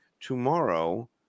tomorrow